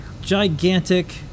gigantic